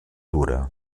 dura